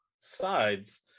sides